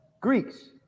Greeks